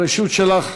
הרשות שלך.